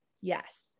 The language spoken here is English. yes